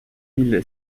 mille